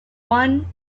one